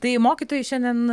tai mokytojai šiandien